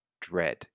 dread